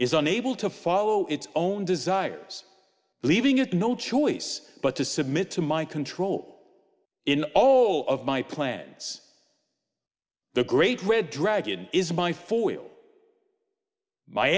is unable to follow its own desires leaving it no choice but to submit to my control in all of my plants the great red dragon is my